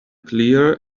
clear